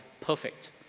perfect